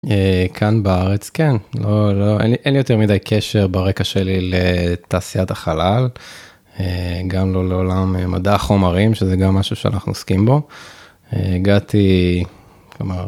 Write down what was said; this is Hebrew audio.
כאן בארץ כן לא לא אין לי יותר מידי קשר ברקע שלי לתעשיית החלל גם לא לעולם מדע חומרים שזה גם משהו שאנחנו עוסקים בו הגעתי, כלומר